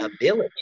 ability